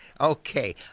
Okay